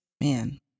Man